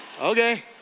okay